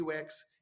UX